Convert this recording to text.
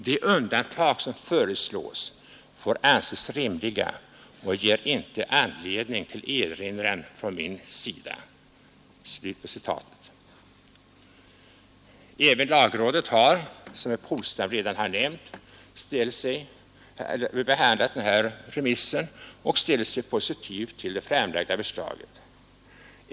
De undantag som föreslås får anses rimliga och ger inte anledning till erinran från min sida.” Även lagrådet har, som herr Polstam nämnde, ställt sig positivt till det framlagda lagförslaget.